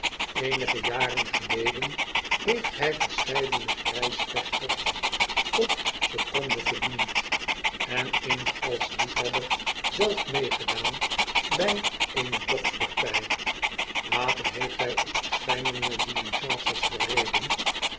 eenige jaren geleden heeft hfl verscheidene jjrgsvechters tot seconde fediend en eens als liefhebber zelf medegedaan jj eene bokspartg later heeft hij op verscheidene diligences gereden